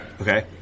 Okay